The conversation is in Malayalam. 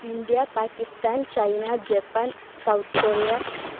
India Pakistan China Japan South Korea